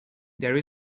there